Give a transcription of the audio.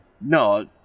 No